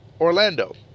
Orlando